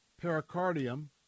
pericardium